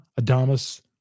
Adamas